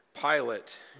Pilate